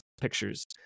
pictures